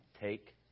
take